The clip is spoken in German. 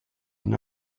ihn